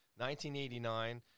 1989